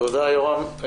תודה יורם.